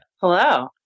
Hello